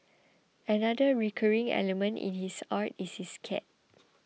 another recurring element in his art is his cat